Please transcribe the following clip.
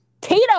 Tito